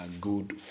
good